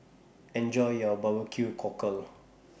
Enjoy your Barbecue Cockle